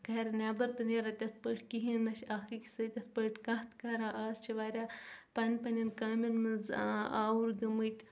گرِ نٮ۪بر تہِ نٮ۪ران تِتھ پٲٹھۍ کِیہنۍ نہ چھِ اکھ أکِس سۭتۍ تِتھ پٲٹھۍ کتھ کران آز چھِ واریاہ پن پنٮ۪ن کامٮ۪ن منٛز آوٕرۍ گٔمٕتۍ